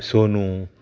Sonu